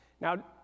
Now